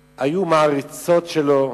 לערוץ-2.